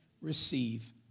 receive